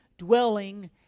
dwelling